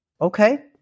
Okay